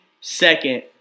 second